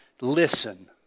Listen